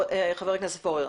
חבר הכנסת פורר,